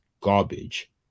garbage